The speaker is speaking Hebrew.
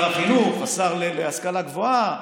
שר החינוך, השר להשכלה גבוהה,